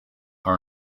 are